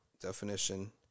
definition